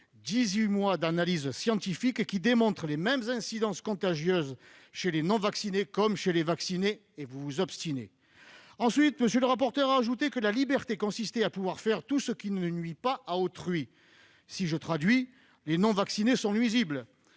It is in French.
mois d'analyses scientifiques, qui démontrent les mêmes incidences contagieuses chez les non-vaccinés que chez les vaccinés. Et pourtant vous vous obstinez. Ensuite, M. le rapporteur a ajouté que la liberté consistait à pouvoir faire tout ce qui ne nuit pas à autrui. Si je traduis, les non-vaccinés sont nuisibles.